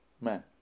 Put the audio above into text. man